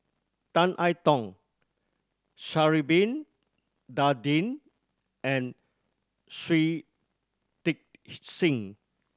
Tan I Tong Sha'ari Bin Tadin and Shui Tit Sing